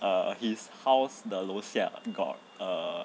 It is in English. err his house 的楼下 got err